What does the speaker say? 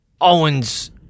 Owens